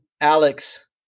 Alex